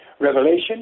Revelation